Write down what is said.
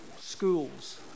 schools